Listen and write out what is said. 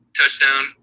touchdown